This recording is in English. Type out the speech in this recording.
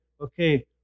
okay